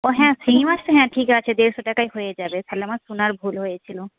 ও হ্যাঁ শিঙ্গি মাছ তো হ্যাঁ ঠিক আছে দেড়শো টাকায় হয়ে যাবে তাহলে আমার শোনার ভুল হয়েছিল